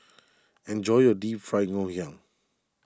enjoy your Deep Fried Ngoh Hiang